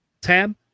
tab